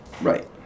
Right